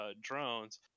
drones